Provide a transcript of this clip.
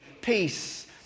peace